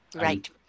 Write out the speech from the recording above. Right